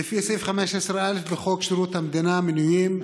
לפי סעיף 15א לחוק שירותי המדינה (מנויים)